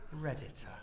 Redditor